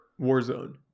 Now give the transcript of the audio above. Warzone